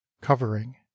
covering